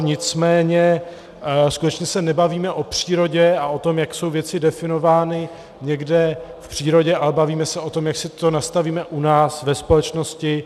Nicméně skutečně se nebavíme o přírodě a o tom, jak jsou věci definovány někde v přírodě, ale bavíme se o tom, jak si to nastavíme u nás ve společnosti.